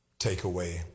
takeaway